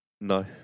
No